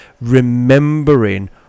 Remembering